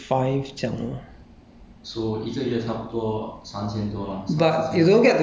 uh for per hour is about twenty five 这样